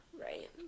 right